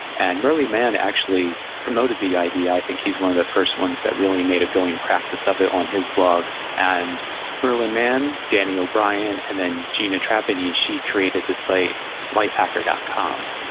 and merlin mann actually promoted the idea. i think he's one of the first ones that really made a going practice of it on his blog. and merlin mann, danny o'brien, and then gina trapani, she created the site lifehacker dot com,